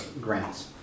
grants